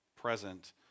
present